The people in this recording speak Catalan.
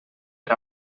per